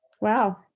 Wow